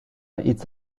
hitz